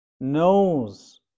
knows